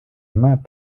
mains